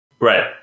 Right